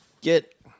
get